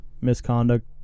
misconduct